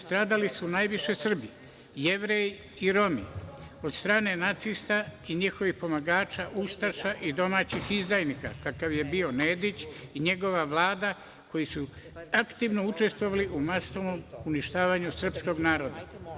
Stradali su najviše Srbi, Jevreji i Romi od strane nacista i njihovih pomagača ustaša i domaćih izdajnika, kakav je bio Nedić i njegova vlada, koji su aktivno učestvovali u masovnom uništavanju srpskog naroda.